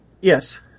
Yes